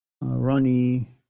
Ronnie